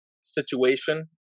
situation